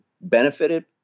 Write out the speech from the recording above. benefited